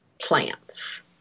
plants